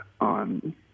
on